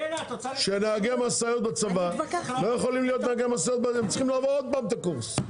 שנהגי משאיות בצבא צריכים לעבור עוד פעם את הקורס.